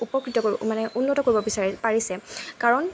উপকৃত কৰিব মানে উন্নত কৰিব বিচাৰিছে পাৰিছে কাৰণ